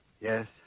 Yes